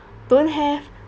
don't have